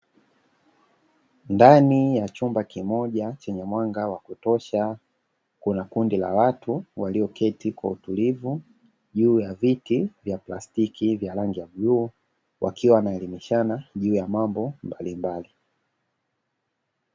Ndani ya chumba kimoja chenye mwanga wa kutosha kuna kundi la watu walioketi kwa utulivu juu ya viti vya plastiki vya rangi ya bluu wakiwa wanaelimishana juu ya mambo mbalimbali.